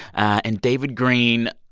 and david greene,